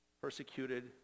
Persecuted